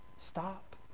Stop